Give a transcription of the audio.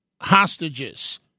hostages